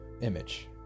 image